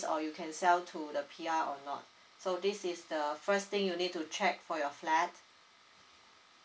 or you can sell to the P_R or not so this is the first thing you need to check for your flat